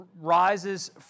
rises